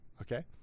okay